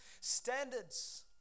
standards